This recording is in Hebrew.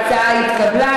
ההצעה התקבלה.